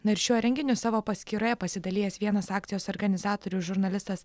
na ir šiuo renginiu savo paskyroje pasidalijęs vienas akcijos organizatorių žurnalistas